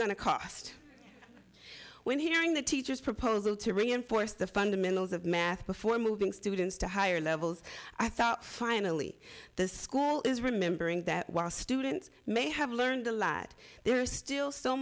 going to cost when hearing the teacher's proposal to reinforce the fundamentals of math before moving students to higher levels i thought finally the school is remembering that while students may have learned a lot there are still so